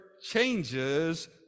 changes